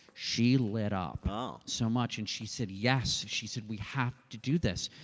she lit up ah so much and she said, yes, she said we have to do this.